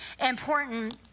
important